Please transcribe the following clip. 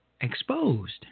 exposed